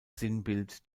sinnbild